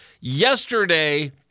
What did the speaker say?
Yesterday